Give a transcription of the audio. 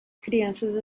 crianças